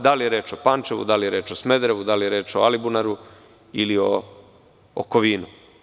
Da li je reč o Pančevu, da li je reč o Smederevu, da li je reč o Alibunaru ili o Kovinu.